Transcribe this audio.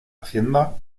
hacienda